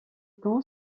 camp